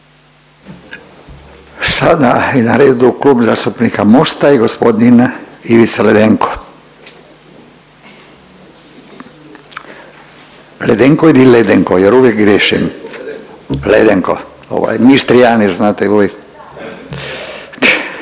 Sada je na redu Klub zastupnika Mosta i g. Ivica Ledenko. Ledenko ili Ledenko jer uvijek griješim. Ledenko. Ovaj, mi Istrijani, znate, uvijek